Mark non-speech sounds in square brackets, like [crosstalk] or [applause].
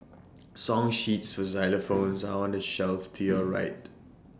song sheets for xylophones are on the shelf to your right [noise]